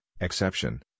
exception